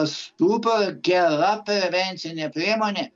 super gera prevencinė priemonė